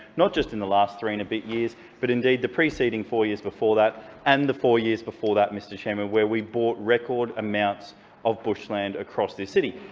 not just in the last three and a bit years, but indeed the preceding four years before that and the four years before that, mr chairman, where we bought record amounts of bushland across this city.